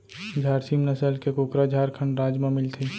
झारसीम नसल के कुकरा झारखंड राज म मिलथे